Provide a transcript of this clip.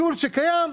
תיקונים.